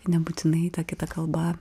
nebūtinai ta kita kalba